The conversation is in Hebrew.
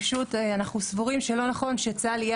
פשוט אנחנו סבורים שלא נכון שצה"ל יהיה